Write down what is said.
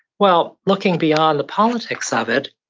well, looking beyond the politics of it,